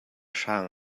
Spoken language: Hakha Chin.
hrang